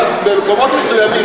במקומות מסוימים.